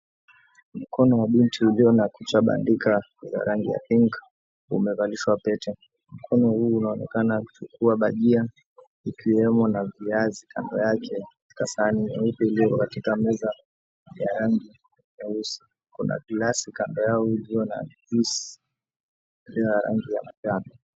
Mkono wa binti ulio na kucha bandika ya rangi ya pink umevalishwa pete. Mkono huu unaonekana ukichukua bhajia ikiwemo na viazi kando yake kasahani nyeupe iliyo katika meza ta rangi nyeusi. Kuna glasi kando yao iliyo na juice ina rangi ya manjano.